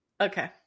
Okay